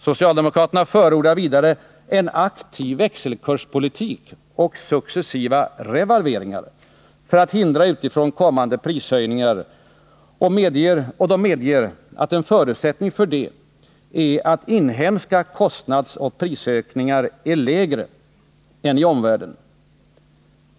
Socialdemokraterna förordar vidare en aktiv växelkurspolitik och successiva revalveringar för att hindra utifrån kommande prishöjningar, och de medger att en förutsättning för det är att inhemska kostnadsoch prisökningar är lägre än omvärldens.